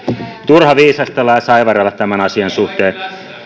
turha viisastella ja saivarrella tämän asian suhteen